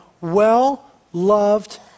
well-loved